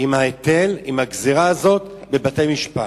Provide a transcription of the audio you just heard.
עם ההיטל, עם הגזירה הזאת, בבתי-משפט.